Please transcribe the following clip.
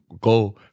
go